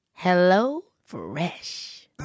HelloFresh